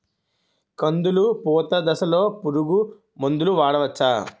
కందులు పూత దశలో పురుగు మందులు వాడవచ్చా?